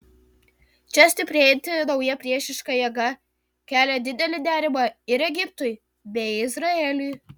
čia stiprėjanti nauja priešiška jėga kelia didelį nerimą ir egiptui bei izraeliui